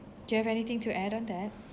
do you have anything to add on that